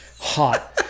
Hot